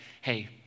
hey